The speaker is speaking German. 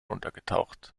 untergetaucht